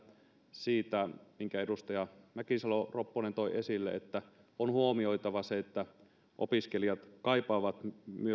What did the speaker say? siitä minkä edustaja mäkisalo ropponen toi esille että on huomioitava se että opiskelijat kaipaavat